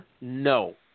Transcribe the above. No